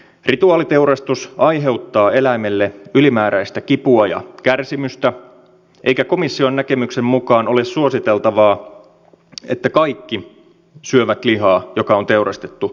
rituaaliteurastus aiheuttaa eläimelle ylimääräistä kipua ja kärsimystä eikä komission näkemyksen mukaan ole suositeltavaa että kaikki syövät lihaa joka on teurastettu epäeettisesti